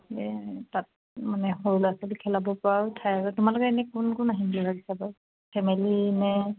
তাত মানে সৰু ল'ৰা ছোৱালী খেলাব পৰা আৰু ঠাই আৰু তোমালোকে এনে কোন কোন আহিবা ফেমিলি নে